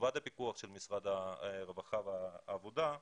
מלבד הפיקוח של משרד העבודה והרווחה,